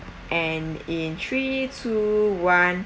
and in three two one